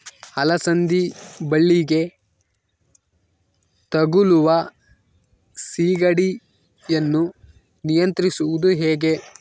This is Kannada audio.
ಅಲಸಂದಿ ಬಳ್ಳಿಗೆ ತಗುಲುವ ಸೇಗಡಿ ಯನ್ನು ನಿಯಂತ್ರಿಸುವುದು ಹೇಗೆ?